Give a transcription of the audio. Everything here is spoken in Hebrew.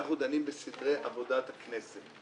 אנחנו דנים בסדרי עבודת הכנסת,